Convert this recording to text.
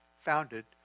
founded